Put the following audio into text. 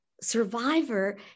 survivor